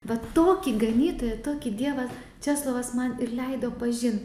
vat tokį ganytoją tokį dievą česlovas man ir leido pažint